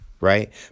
right